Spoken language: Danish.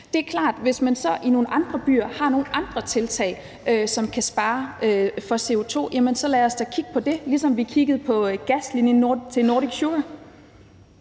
Det er klart, at hvis man så i nogle andre byer har nogle andre tiltag, som kan spare i forhold til CO2, jamen så lad os da kigge på det, ligesom vi kiggede på gaslinjen til Nordic Sugar.